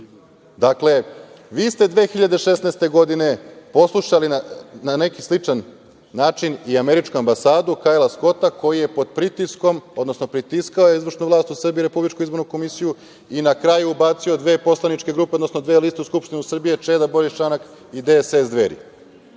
vi ste 2016. godine poslušali na neki sličan način i Američku ambasadu, Kajla Skota koji je pod pritiskom, odnosno pritiskao je izvršnu vlast u Srbiji, Republičku izbornu komisiju, i na kraju je ubacio dve poslaničke grupe, odnosno dve liste u Skupštinu Srbije Čeda – Boris – Čanak i DSS, Dveri